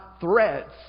threats